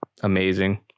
amazing